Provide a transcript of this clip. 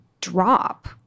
drop